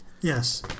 Yes